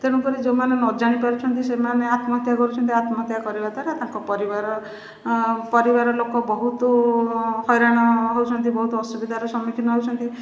ତେଣୁକରି ଯେଉଁମାନେ ନଜାଣି ପାରୁଛନ୍ତି ସେମାନେ ଆତ୍ମହତ୍ୟା କରୁଛନ୍ତି ଆତ୍ମହତ୍ୟା କରିବା ଦ୍ୱାରା ତାଙ୍କ ପରିବାର ପରିବାର ଲୋକ ବହୁତ ହଇରାଣ ହେଉଛନ୍ତି ବହୁତ ଅସୁବିଧାର ସମ୍ମୁଖୀନ ହେଉଛନ୍ତି